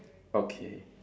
okay